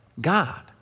God